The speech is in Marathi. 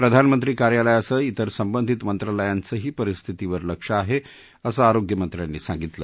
प्रधानमंत्री कार्यालयासह इतर संबंधित मंत्रालयाचंही परिस्थितीवर लक्ष आहे असं आरोग्यमंत्र्यांनी सांगितलं